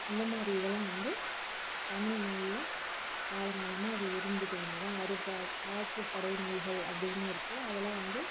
இந்த மாதிரி இதெல்லாம் வந்து தமிழ் நூல்ல காலங்காலமாக அது இருந்துட்டு வந்து தான் அறுப்பா ஆற்றுப்படை நூல்கள் அப்டின்னும் இருக்கு அதெலாம் வந்து